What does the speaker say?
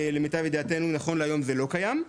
למיטב ידיעתנו נכון להיום זה לא קיים.